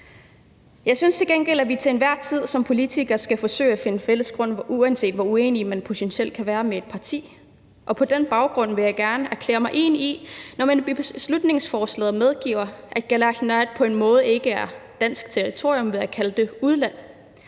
Jeg synes til gengæld, at vi til enhver tid som politikere skal forsøge at finde fælles grund, uanset hvor uenig man potentielt kan være med et parti, og på den baggrund vil jeg gerne erklære mig enig, når man i beslutningsforslaget medgiver, at Kalaalit Nunaat på en måde ikke er dansk territorium, når man kalder det udland.